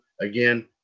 Again